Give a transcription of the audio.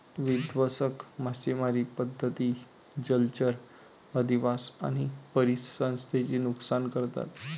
विध्वंसक मासेमारी पद्धती जलचर अधिवास आणि परिसंस्थेचे नुकसान करतात